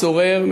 הצורר,